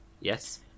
Yes